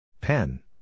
Pen